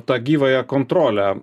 tą gyvąją kontrolę